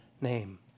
name